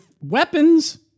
weapons